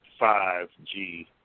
5G